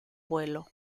vuelo